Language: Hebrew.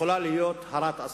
יכולה להיות הרת אסון.